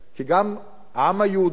כי גם העם היהודי